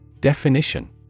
Definition